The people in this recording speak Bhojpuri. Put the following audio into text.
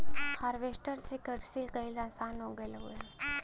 हारवेस्टर से किरसी कईल आसान हो गयल हौवे